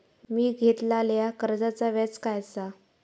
मी घेतलाल्या कर्जाचा व्याज काय आसा?